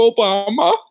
Obama